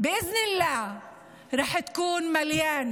להלן תרגומם: